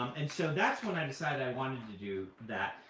um and so that's when i decided i wanted to do that.